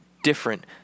different